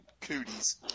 Cooties